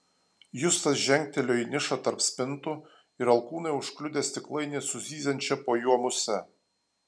justas žengtelėjo į nišą tarp spintų ir alkūne užkliudė stiklainį su zyziančia po juo muse